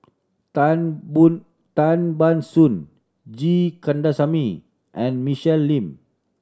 Tan Bun Tan Ban Soon G Kandasamy and Michelle Lim